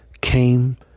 came